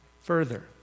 further